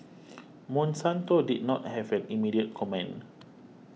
Monsanto did not have an immediate comment